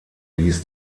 ließ